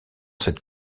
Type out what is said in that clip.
cette